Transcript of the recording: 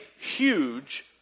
huge